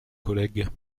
collègue